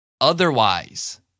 Otherwise